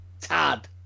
Tad